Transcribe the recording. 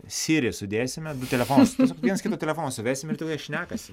sirį sudėsime du telefonus tiesiog viens kito telefonus suvesim ir tegul jie šnekasi